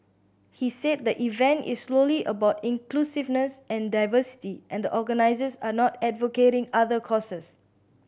he said the event is slowly about inclusiveness and diversity and the organises are not advocating other causes